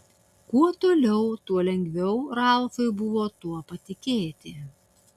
kuo toliau tuo lengviau ralfui buvo tuo patikėti